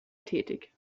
tätig